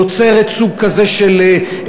יוצרת סוג כזה של,